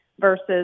versus